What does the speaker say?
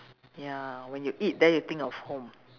ya when you eat then you think of home